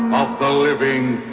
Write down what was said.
of the living